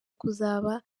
kuzaba